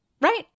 Right